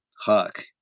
Huck